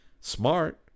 smart